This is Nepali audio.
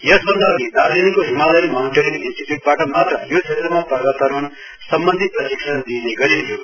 यस भन्दा अघि दार्जीलिङको हिमालयण माउन्टेरिङ इन्स्टीच्य्च बाट मात्र यो क्षेत्रमा पर्वतरोहण सम्बन्धी प्रशिक्षण दिइने गरिन्थ्यो